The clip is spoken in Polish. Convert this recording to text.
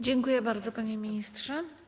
Dziękuję bardzo, panie ministrze.